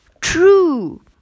true